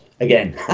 again